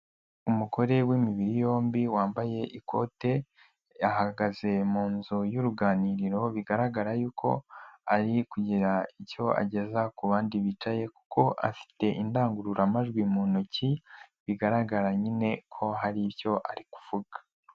Umugore w'imibiri yombi wambaye ikote, yahagaze mu nzu y'uruganiriro, bigaragara yuko ari kugira icyo ageza ku bandi bicaye kuko afite indangururamajwi mu ntoki, bigaragara nyine ko hari icyo ari kuvuga.